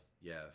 Yes